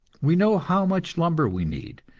we know how much lumber we need,